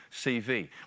CV